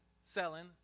selling